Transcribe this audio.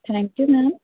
thank you ma'am